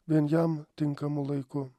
vien jam tinkamu laiku